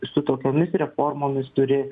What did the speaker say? su tokiomis reformomis turi